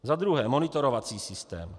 Za druhé monitorovací systém.